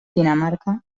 dinamarca